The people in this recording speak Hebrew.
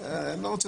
לא חושב